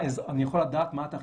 אני יכול לדעת מה אתה חיפשת?